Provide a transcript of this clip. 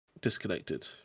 disconnected